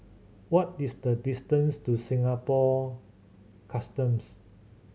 what is the distance to Singapore Customs